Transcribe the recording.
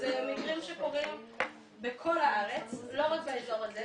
זה מקרים שקורים בכל הארץ, לא רק באור הזה.